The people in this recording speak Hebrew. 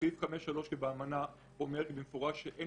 סעיף 5(3) באמנה אומר במפורש שאין